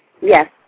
Yes